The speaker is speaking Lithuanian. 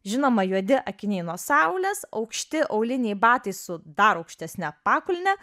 žinoma juodi akiniai nuo saulės aukšti auliniai batai su dar aukštesne pakulne